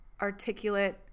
articulate